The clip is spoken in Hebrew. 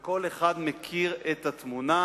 כל אחד מכיר את התמונה